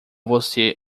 você